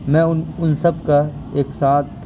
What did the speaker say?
میں ان ان سب کا ایک ساتھ